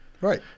Right